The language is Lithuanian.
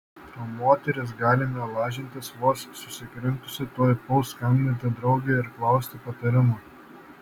o moteris galime lažintis vos susikrimtusi tuoj puls skambinti draugei ir klausti patarimo